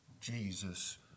Jesus